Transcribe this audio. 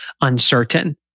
uncertain